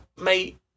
mate